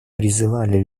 призывали